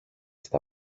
στα